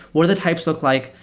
what are the types look like?